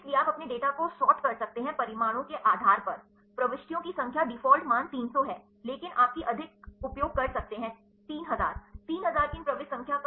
इसलिए आप अपने डेटा को सॉर्ट कर सकते हैं परिणामों के आधार पर प्रविष्टियों की संख्या डिफ़ॉल्ट मान 300 है लेकिन आपकी अधिक उपयोग कर सकते हैं 3000 30000 की इन प्रविष्टियोंसंख्या का